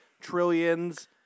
Trillions